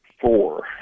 Four